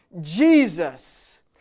Jesus